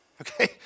okay